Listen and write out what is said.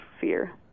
fear